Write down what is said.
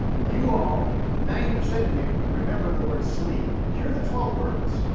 you all, ninety percent of you, remember the word sleep. here are the twelve words.